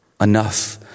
enough